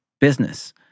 business